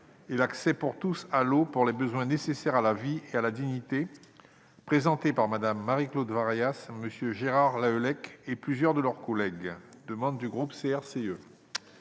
et l'accès pour tous à l'eau pour les besoins nécessaires à la vie et à la dignité, présentée par Mme Marie-Claude Varaillas, M. Gérard Lahellec et plusieurs de leurs collègues (proposition